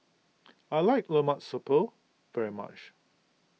I like Lemak Siput very much